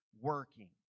working